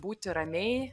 būti ramiai